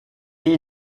you